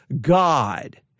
God